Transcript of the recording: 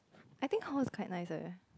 I think hall is quite nice leh